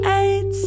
eight